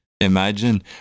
Imagine